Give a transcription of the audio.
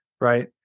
right